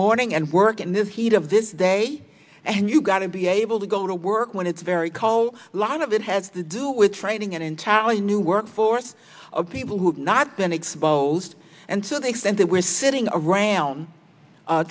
morning and work in this heat of this day and you've got to be able to go to work when it's very call a lot of it has to do with training an entirely new workforce of people who've not been exposed and so the extent that we're sitting around